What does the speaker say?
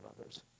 others